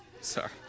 Sorry